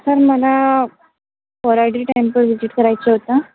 sir मला Koradi temple visit करायचं होतं